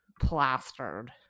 plastered